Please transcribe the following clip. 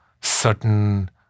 certain